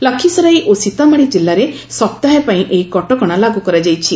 ଲଖୀସରାଇ ଓ ସୀତାମାଢ଼ି ଜିଲ୍ଲାରେ ସପ୍ତାହେ ପାଇଁ ଏହି କଟକଣା ଲାଗୁ କରାଯାଇଛି